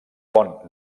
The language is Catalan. pont